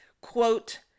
quote